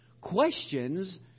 questions